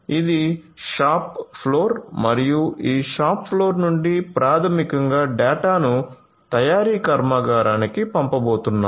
ఇది shop floor మరియు ఈ షాప్ ఫ్లోర్ నుండి ప్రాథమికంగా డేటాను తయారీ కర్మాగారానికి పంపబోతున్నారు